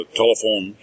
telephone